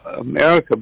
America